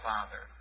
Father